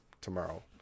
tomorrow